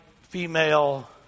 female